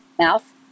mouth